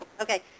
Okay